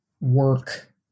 work